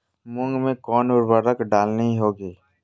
मूंग में कौन उर्वरक डालनी होगी?